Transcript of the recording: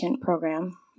Program